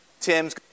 Tim's